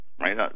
right